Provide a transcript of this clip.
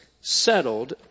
settled